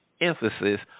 emphasis